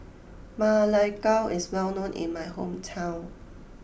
Ma Lai Gao is well known in my hometown